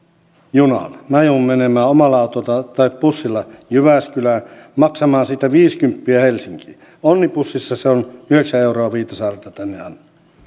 junalla minä joudun menemään omalla autolla tai bussilla jyväskylään maksamaan siitä viisikymppiä helsinkiin onnibussissa se on yhdeksän euroa viitasaarelta tänne